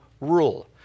rule